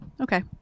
Okay